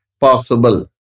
possible